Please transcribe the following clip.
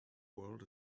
world